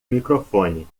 microfone